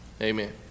amen